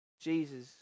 Jesus